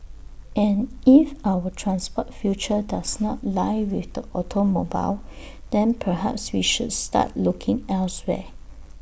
and if our transport future does not lie with the automobile then perhaps we should start looking elsewhere